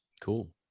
Cool